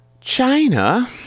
china